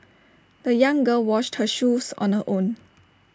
the young girl washed her shoes on her own